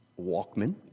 Walkman